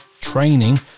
training